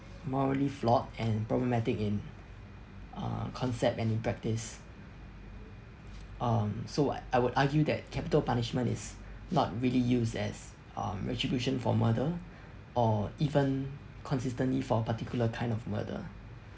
morally flawed and problematic in uh concept and in practice um so what I would argue that capital punishment is not really used as um retribution for murder or even consistently for a particular kind of murder